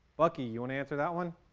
but key one answer that one